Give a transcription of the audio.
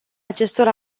acestor